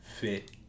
fit